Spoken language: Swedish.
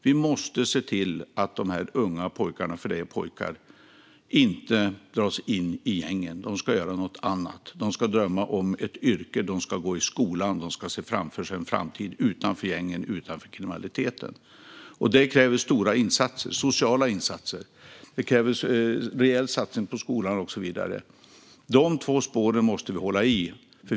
Vi måste se till att de unga pojkarna - det är pojkar det är fråga om - inte dras in i gängen. De ska göra något annat. De ska drömma om ett yrke, gå i skolan och se framför sig en framtid utanför gängen och kriminaliteten. Det kräver stora sociala insatser, en rejäl satsning på skolan och så vidare. Dessa två spår måste vi hålla i.